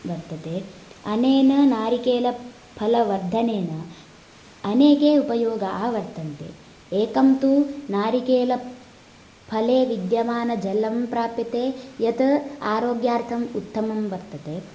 वर्तते अनेन नारिकेलफलवर्धनेन अनेके उपयोगाः वर्तन्ते एकं तु नारिकेलफले विद्यमानजलं प्राप्यते यत् आरोग्यार्थम् उत्तमं वर्तते